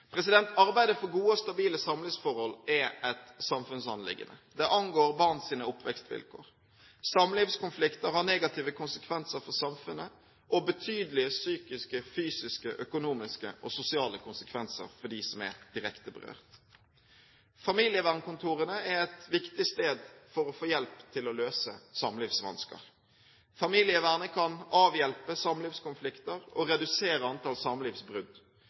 Arbeidet for gode og stabile samlivsforhold er et samfunnsanliggende. Det angår barns oppvekstvilkår. Samlivskonflikter har negative konsekvenser for samfunnet og betydelige psykiske, fysiske, økonomiske og sosiale konsekvenser for dem som er direkte berørt. Familievernkontorene er et viktig sted for å få hjelp til å løse samlivsvansker. Familievernet kan avhjelpe samlivskonflikter og redusere antall samlivsbrudd. Familievernet kan hjelpe til med å bedre foreldresamarbeidet etter et samlivsbrudd.